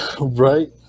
Right